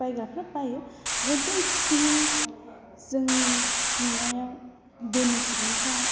बायग्राफ्रा bio जोंथ' एसेखिनि जोंनि नुनायाव धोनि सुबुंफ्रा